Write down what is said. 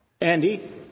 Andy